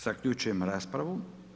Zaključujem raspravu.